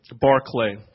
Barclay